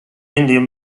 indian